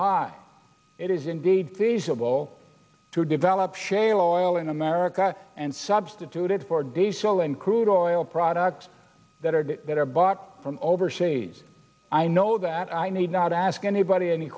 high it is indeed feasible to develop shale oil in america and substituted for days still in crude oil products that are that are bought from overseas i know that i need not ask anybody any